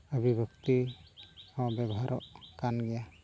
ᱵᱷᱟᱹᱜᱤ ᱦᱚᱸ ᱵᱮᱵᱚᱦᱟᱨᱚᱜ ᱠᱟᱱ ᱜᱮᱭᱟ